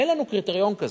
אין לנו קריטריון כזה,